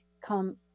come